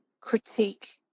critique